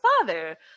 father